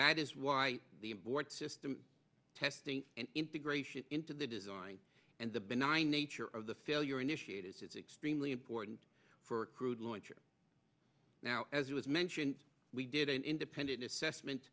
that is why the board system testing and integration into the design and the benign nature of the failure initiated it's extremely important for crude launcher now as was mentioned we did an independent assessment